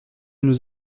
nous